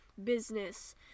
business